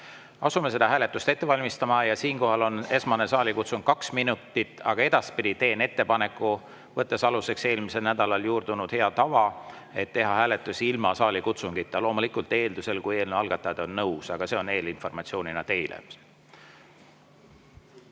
Asume seda hääletust ette valmistama. Siinkohal on esmane saalikutsung kaks minutit, aga edaspidi teen ettepaneku – võttes aluseks eelmisel nädalal juurdunud head tava – teha hääletus ilma saalikutsungita, loomulikult eeldusel, kui eelnõu algatajad on nõus. Aga see on praegu öeldud eelinformatsioonina teile. Head